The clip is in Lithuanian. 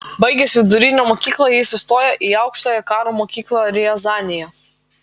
baigęs vidurinę mokyklą jis įstojo į aukštąją karo mokyklą riazanėje